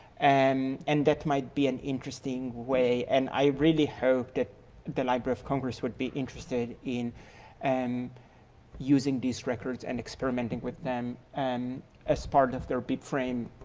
and and that might be an interesting way and i really hope that the library of congress will be interested in and using these records and experimenting with them and as part of their big frame,